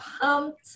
pumped